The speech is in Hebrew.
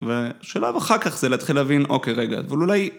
ושלב אחר כך זה להתחיל להבין, אוקי רגע, אבל אולי...